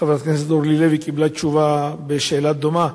חברת הכנסת אורלי לוי קיבלה תשובה בשאלה דומה.